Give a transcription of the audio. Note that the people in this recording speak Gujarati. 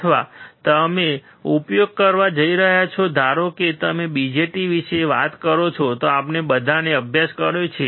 અથવા તમે ઉપયોગ કરવા જઇ રહ્યા છો ધારો કે જો તમે BJT વિશે વાત કરો તો આપણે બધાએ અભ્યાસ કર્યો છે